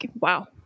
wow